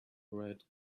red